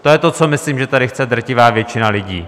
To je to, co myslím, že tady chce drtivá většina lidí.